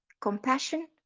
compassion